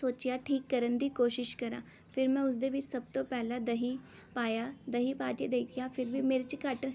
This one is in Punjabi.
ਸੋਚਿਆ ਠੀਕ ਕਰਨ ਦੀ ਕੋਸ਼ਿਸ਼ ਕਰਾਂ ਫਿਰ ਮੈਂ ਉਸਦੇ ਵਿੱਚ ਸਭ ਤੋਂ ਪਹਿਲਾਂ ਦਹੀਂ ਪਾਇਆ ਦਹੀਂ ਪਾ ਕੇ ਦੇਖਿਆ ਫਿਰ ਵੀ ਮਿਰਚ ਘੱਟ